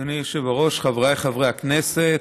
אדוני היושב-ראש, חבריי חברי הכנסת,